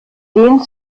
dehnt